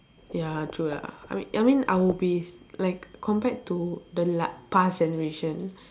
ya true lah I mean I mean I would be like compared to the la~ past generation